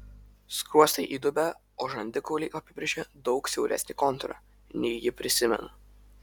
skruostai įdubę o žandikauliai apibrėžia daug siauresnį kontūrą nei ji prisimena